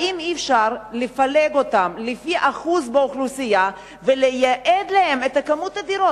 האם אי-אפשר לפלג אותם לפי אחוז באוכלוסייה ולייעד להם את מספר הדירות?